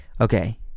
Okay